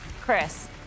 Chris